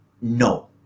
No